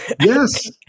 Yes